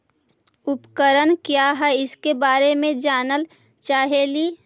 उपकरण क्या है इसके बारे मे जानल चाहेली?